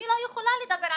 אני לא יכולה לדבר,